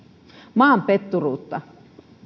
maanpetturuutta